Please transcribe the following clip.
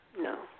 No